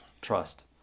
Trust